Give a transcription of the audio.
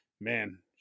man